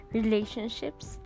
relationships